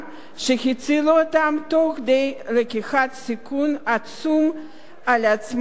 תוך כדי לקיחת סיכון עצום על עצמם ועל משפחותיהם.